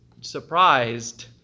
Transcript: surprised